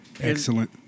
excellent